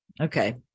Okay